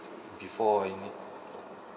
before I need